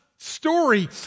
story